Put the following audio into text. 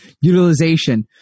utilization